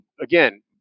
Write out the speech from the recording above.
again